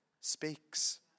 speaks